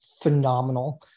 Phenomenal